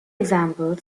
example